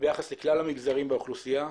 ביחס לכלל המגזרים באוכלוסייה.